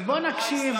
אתה גם, אז בוא נקשיב.